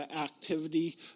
activity